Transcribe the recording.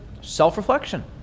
self-reflection